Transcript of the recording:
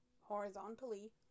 Horizontally